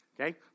Okay